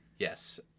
Yes